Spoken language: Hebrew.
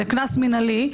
קנס מינהלי,